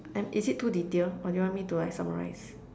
um is it too detailed or you want me to like summarize